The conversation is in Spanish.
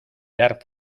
dar